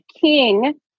king